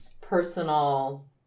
personal